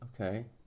okay